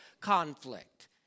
conflict